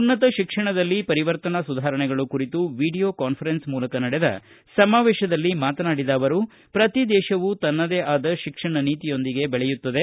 ಉನ್ನತ ಶಿಕ್ಷಣದಲ್ಲಿ ಪರಿವರ್ತನಾ ಸುಧಾರಣೆಗಳು ಕುರಿತು ವಿಡಿಯೋ ಕಾನ್ಫರೆನ್ಸ್ ಮೂಲಕ ನಡೆದ ಸಮಾವೇಶದಲ್ಲಿ ಮಾತನಾಡಿದ ಅವರು ಪ್ರತಿ ದೇಶವೂ ತನ್ನದೇ ಆದ ಶಿಕ್ಷಣ ನೀತಿಯೊಂದಿಗೆ ಬೆಳೆಯುತ್ತದೆ